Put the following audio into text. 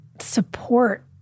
support